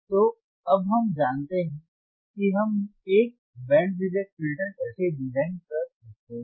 तो अब हम जानते हैं कि हम एक बैंड रिजेक्ट फिल्टर कैसे डिजाइन कर सकते हैं